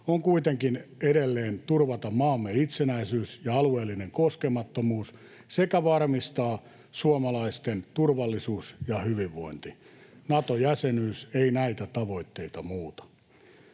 on kuitenkin edelleen turvata maamme itsenäisyys ja alueellinen koskemattomuus sekä varmistaa suomalaisten turvallisuus ja hyvinvointi. Nato-jäsenyys ei näitä tavoitteita muuta.